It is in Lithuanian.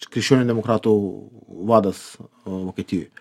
krikščionių demokratų vadas vokietijoj